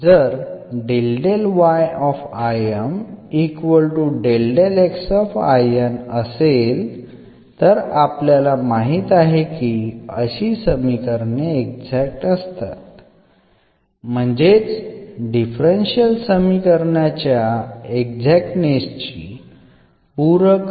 जर असेल तर आपल्याला माहित आहे की अशी समीकरणे एक्झॅक्ट असतात म्हणजेच डिफरन्शियल समीकरणाच्या एक्झाक्टनेस ची पूरक आणि पुरेशी अट